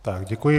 Tak děkuji.